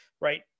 right